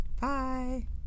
Bye